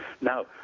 Now